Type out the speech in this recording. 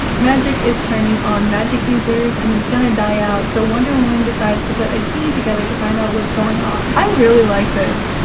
magic is turning on magic users and it's gonna die out, so wonder woman decides to put a team together to find out what's going on. i really liked this.